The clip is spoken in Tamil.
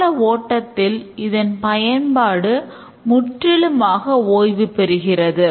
கால ஓட்டத்தில் இதன் பயன்பாடு முற்றிலுமாக ஓய்வு பெறுகிறது